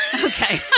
Okay